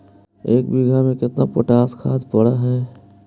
एक बिघा में केतना पोटास खाद पड़ है?